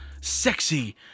Sexy